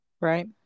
Right